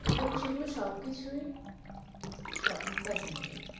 এবং সেগুলো সব কিছুই সব ফ্যাশানেবল